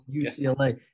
ucla